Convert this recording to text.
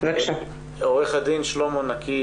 עורך הדין שלמה נקי,